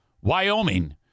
Wyoming